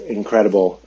incredible